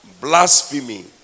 blasphemy